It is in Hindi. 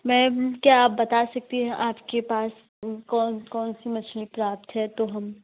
मैम क्या आप बता सकती हैं आपके पास कौन कौन सी मछली प्राप्त है तो हम